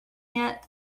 yet